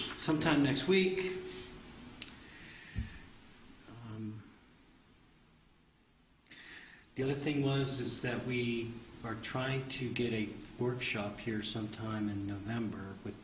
some time next week the other thing was is that we are trying to get a workshop here sometime in november w